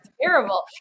terrible